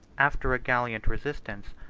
after a gallant resistance,